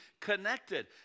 connected